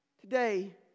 Today